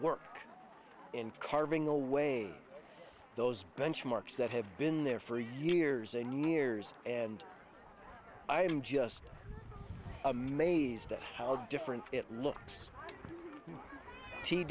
work in carving away those benchmarks that have been there for years and years and i am just amazed at how different it